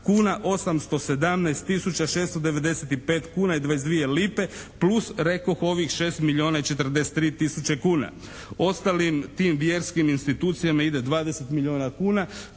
tisuća 695 kuna i 22 lipe plus rekoh ovih 6 milijuna i 43 tisuće kuna. Ostalim tim vjerskim institucijama ide 20 milijuna kuna,